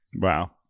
wow